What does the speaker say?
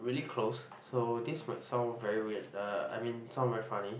really close so this might sound very weird I mean sound very funny